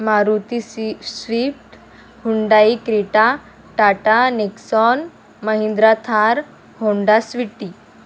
मारुती सी Swift Hyundai Creta Tata Nexon Mahindra Thar Honda Sweety